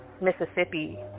mississippi